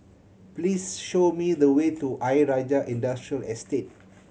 please show me the way to Ayer Rajah Industrial Estate